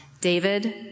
David